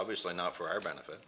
obviously not for our benefit